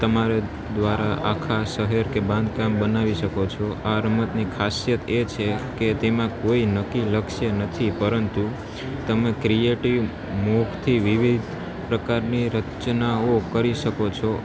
તમારે દ્વારા આખા શહેર કે બાંધ કામ બનાવી શકો છો આ રમતની ખાસિયત એ છે કે તેમાં કોઈ નક્કી લક્ષ્ય નથી પરંતુ તમે ક્રિએટિવ મોકથી વિવિધ પ્રકારની રચનાઓ કરી શકો છો